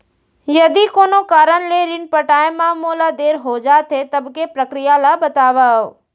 यदि कोनो कारन ले ऋण पटाय मा मोला देर हो जाथे, तब के प्रक्रिया ला बतावव